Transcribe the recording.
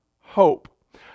hope